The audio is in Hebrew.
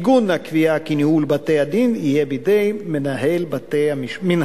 עיגון הקביעה כי ניהול בתי-הדין יהיה בידי מנהל בתי-המשפט.